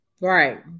right